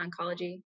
oncology